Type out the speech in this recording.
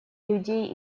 людей